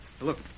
Look